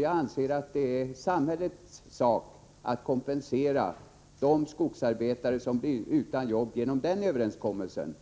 Jag anser att det är samhällets sak att kompensera de skogsarbetare som blir utan arbete genom överenskommelsen.